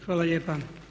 Hvala lijepa.